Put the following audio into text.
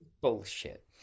Bullshit